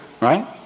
right